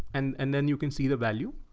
and and then you can see the value.